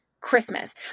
Christmas